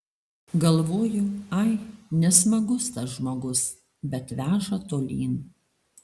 galvoju ai nesmagus tas žmogus bet veža tolyn